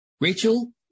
Rachel